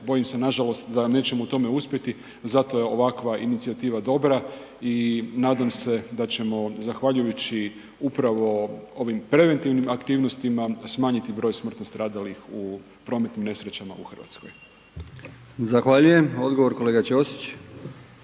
Bojim se nažalost da nećemo u tome uspjeti zato je ovakva inicijativa dobra i nadam se da ćemo zahvaljujući upravo ovim preventivnim aktivnostima smanjiti broj smrtno stradalih u prometnim nesrećama u Hrvatskoj. **Brkić, Milijan (HDZ)** Zahvaljujem. Odgovor kolega Ćosić.